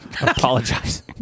Apologize